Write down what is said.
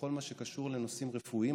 בכל מה שקשור לנושאים רפואיים.